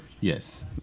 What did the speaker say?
yes